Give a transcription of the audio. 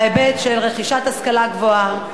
בהיבט של רכישת השכלה גבוהה,